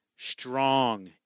strong